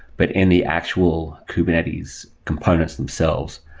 but in the actual kubernetes components themselves,